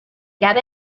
get